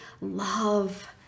love